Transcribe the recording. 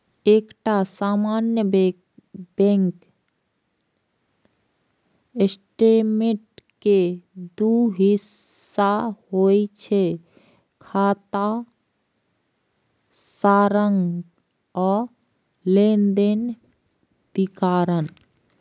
एकटा सामान्य bank statement के दू हिस्सा होइ छै, खाता सारांश आ लेनदेनक विवरण